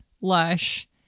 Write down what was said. lush